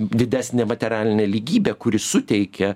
didesnę materialinę lygybę kuri suteikia